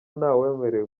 ntawemerewe